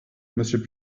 monsieur